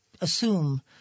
assume